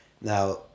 Now